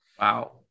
wow